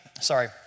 sorry